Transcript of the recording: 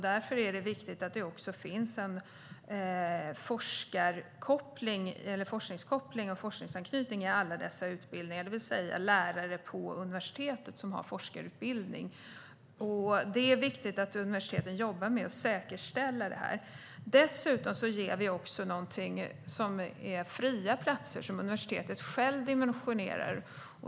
Därför är det viktigt att det finns en forskningsanknytning i alla dessa utbildningar, det vill säga att det finns lärare på universitetet som har forskarutbildning. Det är viktigt att universiteten jobbar med att säkerställa det här. Dessutom ger vi fria platser, som universitetet självt dimensionerar.